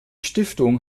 stiftung